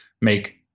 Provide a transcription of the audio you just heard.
make